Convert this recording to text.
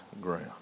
ground